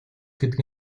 гэдэг